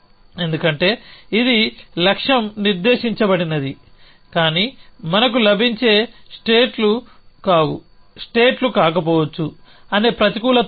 ఎందుకంటే ఇది లక్ష్యం నిర్దేశించబడినది కానీ మనకు లభించేవి స్టేట్ లు కావు స్టేట్ లు కాకపోవచ్చు అనే ప్రతికూలత ఉంది